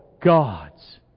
God's